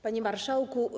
Panie Marszałku!